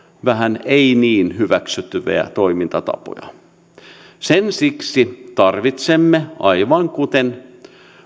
vähän ei niin hyväksyttäviä toimintatapoja siksi tarvitsemme aivan kuten